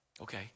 okay